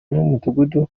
w’umudugudu